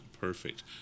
perfect